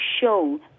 show